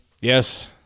Yes